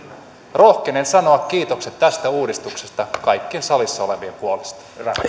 rohkenen sanoa kiitokset tästä uudistuksesta kaikkien salissa olevien puolesta